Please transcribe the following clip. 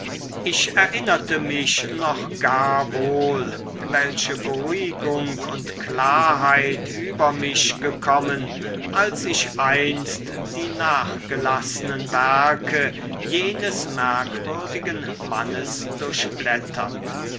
ich erinnerte mich noch gar wohl welche beruhigung und klarheit über mich gekommen als ich einst die nachgelassenen werke jenes merkwürdigen mannes durchblättert